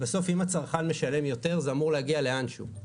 בסוף אם הצרכן משלם יותר זה אמור להגיע לאן שהוא,